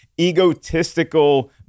egotistical